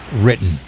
written